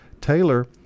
Taylor